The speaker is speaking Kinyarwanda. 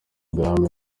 bwami